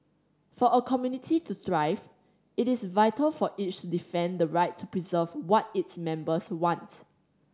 for a community to thrive it is vital for each to defend the right to preserve what its members wants